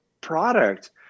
product